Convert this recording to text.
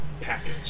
package